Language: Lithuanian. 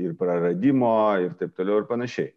ir praradimo ir taip toliau ir panašiai